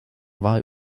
war